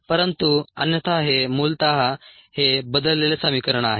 परंतु अन्यथा हे मूलतः हे बदललेले समीकरण आहे